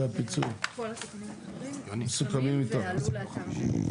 כל התיקונים האחרים מסוכמים ועלו לאתר.